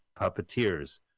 puppeteers